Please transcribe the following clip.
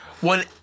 One